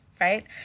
right